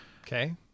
Okay